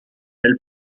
elle